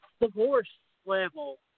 divorce-level